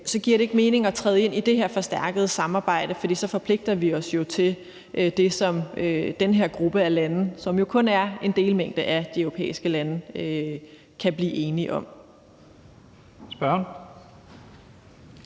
så giver det ikke mening at træde ind i det her forstærkede samarbejde, for så forpligter vi os jo til det, som den her gruppe af lande, som jo kun er en delmængde af de europæiske lande, kan blive enige om.